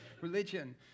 religion